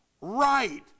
right